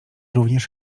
również